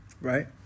right